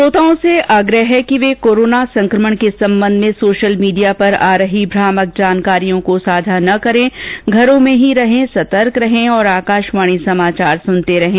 श्रोताओं से निवेदन है कि वे कोरोना संकमण के संबंध में सोशल मीडिया पर आ रही भ्रामक जानकारियों को साझा न करें और घरों में ही रहें सतर्क रहें और आकाशवाणी समाचार सुनते रहें